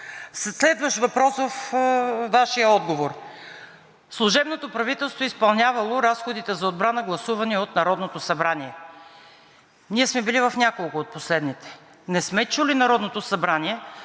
Следващ въпрос във Вашия отговор: служебното правителство изпълнявало разходите за отбрана, гласувани от Народното събрание. Ние сме били в няколко от последните. Не сме чули Народното събрание